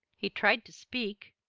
he tried to speak,